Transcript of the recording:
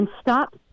stop